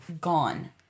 gone